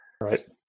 Right